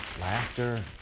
laughter